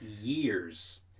years